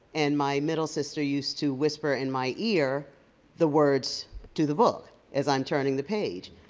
and my middle sister used to whisper in my ear the words to the book as i'm turning the page.